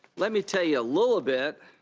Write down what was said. let me tell you a little ah bit